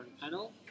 panel